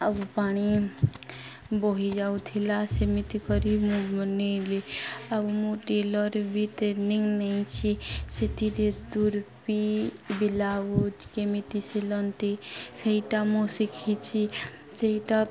ଆଉ ପାଣି ବହିଯାଉଥିଲା ସେମିତି କରି ମୁଁ ନେଲିି ଆଉ ମୁଁ ଟେଲର୍ ବି ଟ୍ରେନିଙ୍ଗ ନେଇଛି ସେଥିରେ କେମିତି ସିଲନ୍ତି ସେଇଟା ମୁଁ ଶିଖିଛି ସେଇଟା